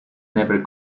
never